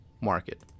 market